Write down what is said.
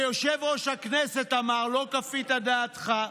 כיושב-ראש הכנסת, אמר, לא כפית דעתך.